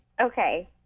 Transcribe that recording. Okay